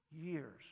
years